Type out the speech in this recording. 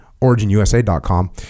OriginUSA.com